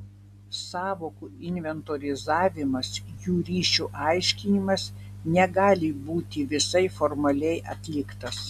sąvokų inventorizavimas jų ryšių aiškinimas negali būti visai formaliai atliktas